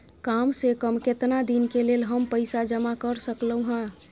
काम से कम केतना दिन के लेल हम पैसा जमा कर सकलौं हैं?